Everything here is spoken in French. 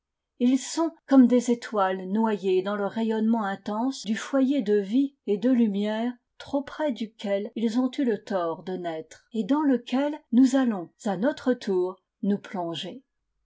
ils sont comme des étoiles noyées dans le rayonnement intense du foyer de vie et de lumière trop près duquel ils ont eu le tort de naître et dans lequel nous allons à notre tour nous plonger